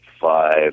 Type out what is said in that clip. five